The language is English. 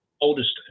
oldest